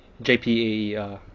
J_P_A_E ah